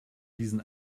diesen